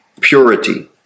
purity